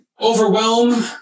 overwhelm